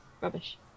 Rubbish